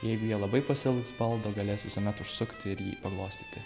jeigu jie labai pasiilgs baldo galės visuomet užsukti ir jį paglostyti